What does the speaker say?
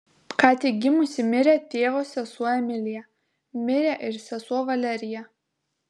ką tik gimusi mirė tėvo sesuo emilija mirė ir sesuo valerija